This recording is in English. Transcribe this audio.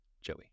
Joey